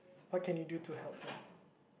what can you do to help them